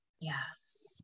Yes